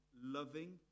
loving